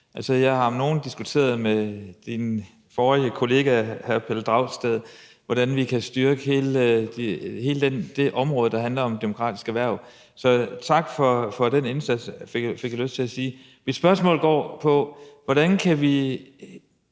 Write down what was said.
nogen har jeg diskuteret med din forhenværende kollega hr. Pelle Dragsted, hvordan vi kan styrke hele det område, der handler om demokratisk erhverv. Så tak for den indsats, fik jeg lyst til at sige. Mit spørgsmål går på, hvordan vi